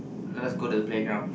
let us go to the playground